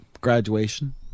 graduation